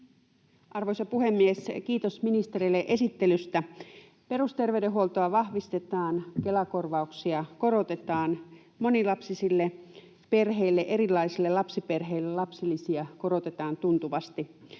Arvoisa puhemies! Kiitos ministerille esittelystä. Perusterveydenhuoltoa vahvistetaan, Kela-korvauksia korotetaan, lapsilisiä korotetaan tuntuvasti